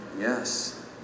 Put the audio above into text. Yes